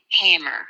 hammer